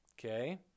Okay